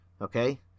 Okay